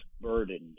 burdened